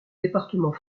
département